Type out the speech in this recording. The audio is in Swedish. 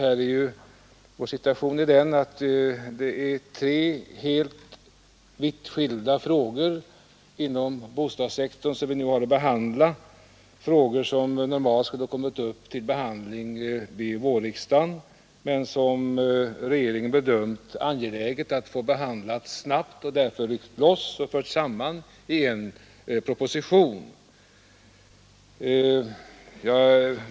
Vi har nu att behandla tre vitt skilda frågor inom bostadssektorn, vilka normalt skulle ha kommit upp till behandling vid vårriksdagen men vilka regeringen bedömt vara angelägna att snabbt få behandlade och därför brutit ut och fört samman i en proposition.